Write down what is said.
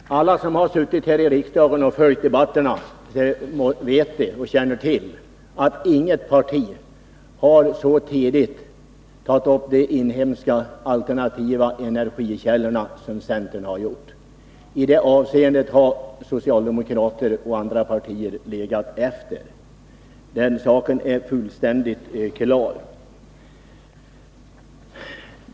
Fru talman! Alla som har suttit här i riksdagen och följt debatterna känner till att inget parti så tidigt tagit upp de inhemska alternativa energikällorna som centern. I det avseendet har socialdemokraterna och andra legat efter — den saken är fullständigt klar.